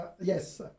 yes